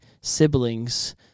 siblings